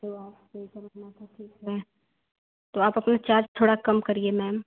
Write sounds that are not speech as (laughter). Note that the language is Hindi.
तो आपको (unintelligible) ठीक है तो आप अपना चार्ज थोड़ा कम करिए मैम